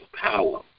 power